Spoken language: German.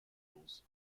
fotos